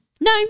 No